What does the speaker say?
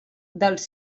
dels